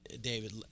David